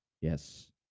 Yes